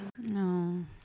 No